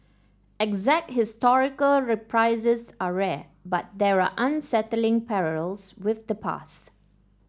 exact historical reprises are rare but there are unsettling parallels with the past